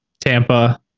Tampa